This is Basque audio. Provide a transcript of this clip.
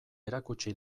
erakutsi